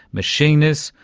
machinists,